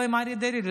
לא עם אריה דרעי.